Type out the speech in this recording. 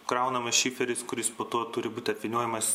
kraunamas šiferis kuris po to turi būti apvyniojamas